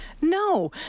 No